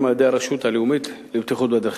על-ידי הרשות הלאומית לבטיחות בדרכים.